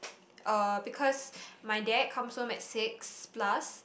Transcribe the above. uh because my dad comes home at six plus